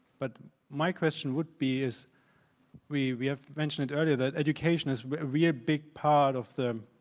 but my question would be, is we we have mentioned earlier that education is a real big part of the